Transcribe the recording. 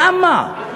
למה?